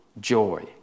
joy